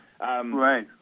Right